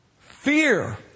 Fear